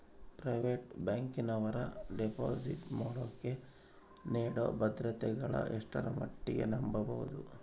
Private ಬ್ಯಾಂಕಿನವರು deposit ಮಾಡೋಕೆ ನೇಡೋ ಭದ್ರತೆಗಳನ್ನು ಎಷ್ಟರ ಮಟ್ಟಿಗೆ ನಂಬಬಹುದು?